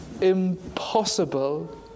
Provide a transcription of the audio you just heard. impossible